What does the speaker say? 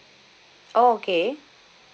oh okay